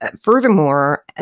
furthermore